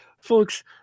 folks